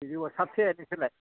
साबेसे नोंसोरलाय